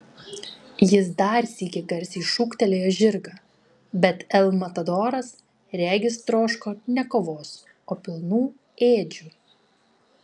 jis dar sykį garsiai šūktelėjo žirgą bet el matadoras regis troško ne kovos o pilnų ėdžių